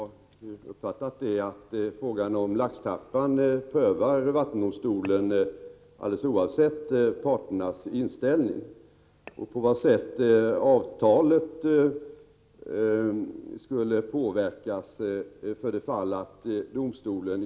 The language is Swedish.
Herr talman! Jag har full förståelse för att statsrådet inte kan ge sig in på uttalanden om ärenden som är föremål för domstolsprövning.